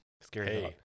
Scary